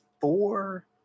four